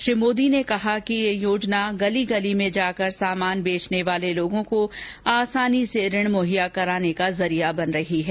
श्री मोदी ने कहा कि ये योजना गली गली में जाकर सामान बेचने वाले लोगों को आसानी से ऋण मुहैया कराने का जुरिया बन रही है